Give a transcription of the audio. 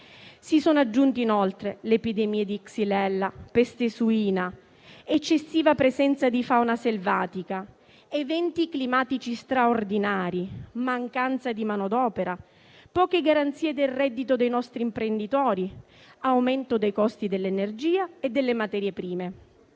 Si sono aggiunti inoltre le epidemie di xylella e peste suina, l'eccessiva presenza di fauna selvatica, eventi climatici straordinari, mancanza di manodopera, poche garanzie del reddito dei nostri imprenditori, aumento dei costi dell'energia e delle materie prime.